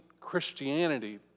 Christianity